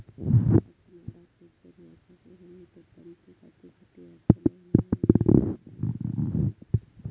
कातणारा खेचर ह्या कापूस आणि इतर तंतू कातूसाठी वापरला जाणारा यंत्र असा